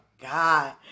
God